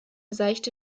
seichte